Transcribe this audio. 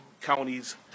counties